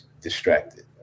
distracted